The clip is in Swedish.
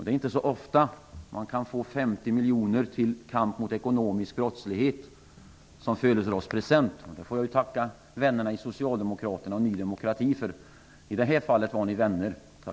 Det är inte så ofta man kan få 50 miljoner till kamp mot ekonomisk brottslighet som födelsedagspresent. Det får jag tacka vännerna i Socialdemokraterna och Ny demokrati för. I det här fallet var ni vänner. Tack!